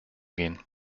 gehen